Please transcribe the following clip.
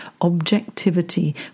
objectivity